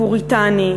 פוריטני,